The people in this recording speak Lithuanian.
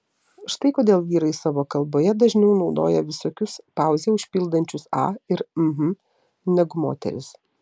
štai kodėl vyrai savo kalboje dažniau naudoja visokius pauzes užpildančius a ir hm negu moterys